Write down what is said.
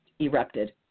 erupted